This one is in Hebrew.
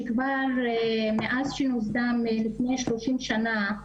שכבר מאז שנוסדה מלפני 30 שנה,